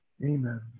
Amen